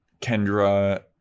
Kendra